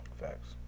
Facts